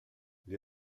gli